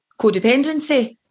codependency